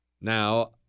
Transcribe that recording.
Now